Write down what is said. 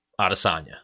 Adesanya